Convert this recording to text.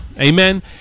Amen